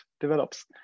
develops